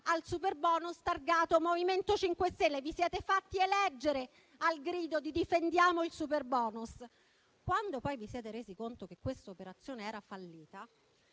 al superbonus targato MoVimento 5 Stelle. Vi siete fatti eleggere al grido di «difendiamo il superbonus». Quando poi vi siete resi conto che questa operazione era fallita